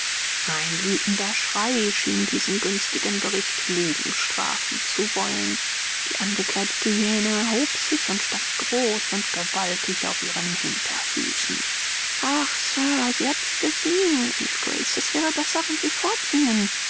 ein wütender schrei schien diesen günstigen bericht lügen strafen zu wollen die angekleidete hyäne erhob sich und stand groß und gewaltig auf ihren hinterfüßen ach sir sie hat sie gesehen rief grace es wäre besser wenn sie